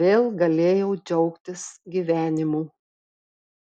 vėl galėjau džiaugtis gyvenimu